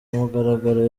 mugaragaro